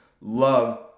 love